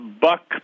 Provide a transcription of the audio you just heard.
Buck